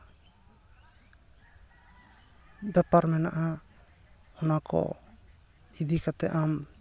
ᱵᱮᱯᱟᱨ ᱢᱮᱱᱟᱜᱼᱟ ᱚᱱᱟ ᱠᱚ ᱤᱫᱤ ᱠᱟᱛᱮ ᱟᱢ